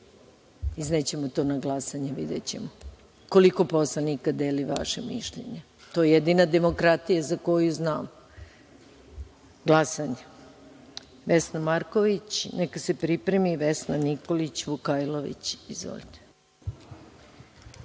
iznećemo to na glasanje i videćemo koliko poslanika deli vaše mišljenje. To je jedina demokratija za koju znam, glasanje. Reč ima Vesna Marković, a neka se pripremi Vesna Nikolić Vukajlović. Izvolite.